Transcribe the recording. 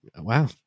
Wow